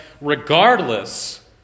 regardless